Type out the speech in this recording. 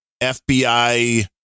FBI